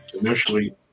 initially